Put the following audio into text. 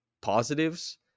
Positives